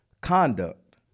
conduct